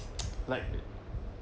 like